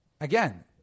again